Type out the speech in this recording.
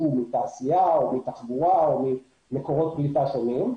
מתעשייה או מתחבורה או ממקורות פליטה שונים.